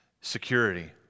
security